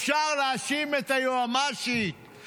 אפשר להאשים את היועמ"שית,